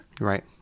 Right